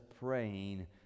praying